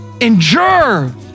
endure